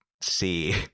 See